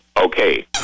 Okay